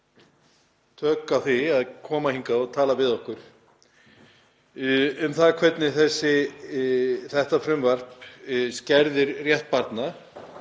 tök á því að koma hingað og tala við okkur um það hvernig þetta frumvarp skerðir rétt barna,